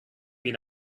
been